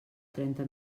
trenta